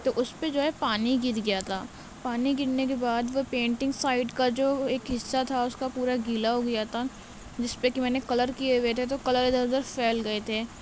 تو اس پہ جو ہے پانی گر گیا تھا پانی گرنے کے بعد وہ پینٹنگ سائڈ کا جو ایک حصہ تھا اس کا پورا گیلا ہو گیا تھا جس پہ کہ میں نے کلر کیے ہوئے تھے تو کلر ادھرادھر پھیل گئے تھے